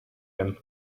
him